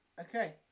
Okay